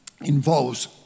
involves